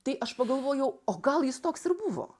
tai aš pagalvojau o gal jis toks ir buvo